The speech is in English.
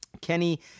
Kenny